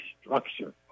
structure